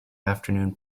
afternoon